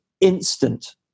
instant